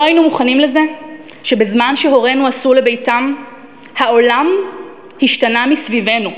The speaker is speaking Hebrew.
לא היינו מוכנים לזה שבזמן שהורינו עשו לביתם העולם השתנה מסביבנו.